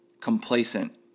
complacent